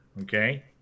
okay